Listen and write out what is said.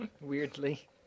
Weirdly